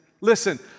Listen